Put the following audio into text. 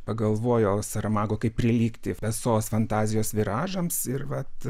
pagalvojo sarmago kaip prilygti peso fantazijos viražams ir vat